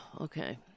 okay